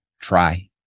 try